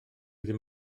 ddim